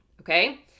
okay